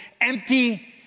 empty